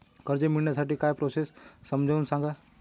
कर्ज मिळविण्यासाठी काय प्रोसेस आहे समजावून सांगा